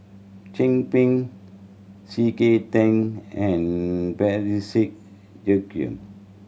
Chin Peng C K Tang and Parsick Joaquim